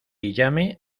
llame